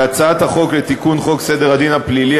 בהצעת החוק לתיקון חוק סדר הדין הפלילי